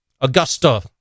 Augusta